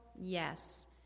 Yes